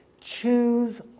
choose